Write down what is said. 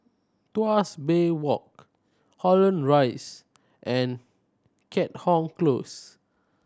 Tuas Bay Walk Holland Rise and Keat Hong Close